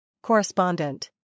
Correspondent